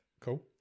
Cool